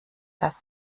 das